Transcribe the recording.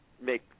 make